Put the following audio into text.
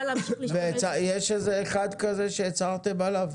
יש אחד כזה שהצהרתם עליו?